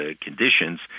conditions